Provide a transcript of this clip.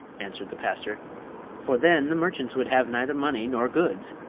answered the pastor for then the merchants would have neither money nor goods.